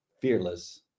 fearless